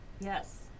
Yes